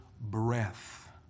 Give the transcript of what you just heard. breath